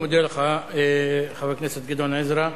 אני מודה לך, חבר הכנסת גדעון עזרא.